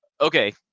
okay